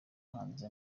hanze